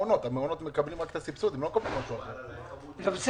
מקבלים משהו אחר.